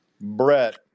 Brett